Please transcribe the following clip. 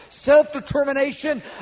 self-determination